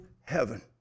heaven